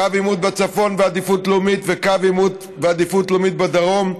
קו עימות בעדיפות לאומית בצפון וקו עימות בעדיפות לאומית בדרום.